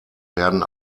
werden